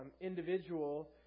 individual